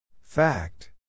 Fact